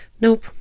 Nope